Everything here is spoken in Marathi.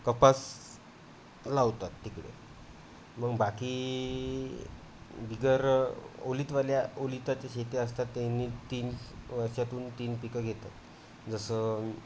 कपास लावतात तिकडे मग बाकी बिगर ओलितवाल्या ओलिताचे शेती असतात त्यांनी तीन वर्षातून तीन पिकं घेतात जसं